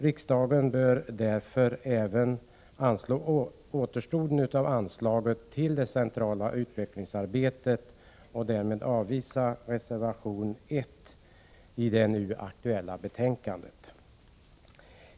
Riksdagen bör därför anslå återstoden av anslaget till det centrala utvecklingsarbetet och därmed avvisa reservation 1 till det nu aktuella betänkandet.